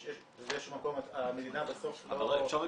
באיזה שהוא מקום המדינה בסוף לא --- אריאל,